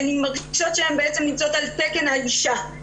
הן מרגישות שהן בעצם נמצאות על תקן האישה.